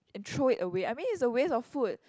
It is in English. and throw it away I mean it's a waste of food